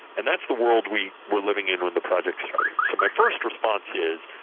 and that's the world we were living in when the project started. so my first response is,